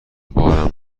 بارم